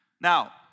Now